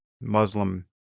Muslim